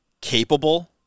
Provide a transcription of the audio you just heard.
capable